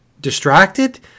distracted